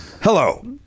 Hello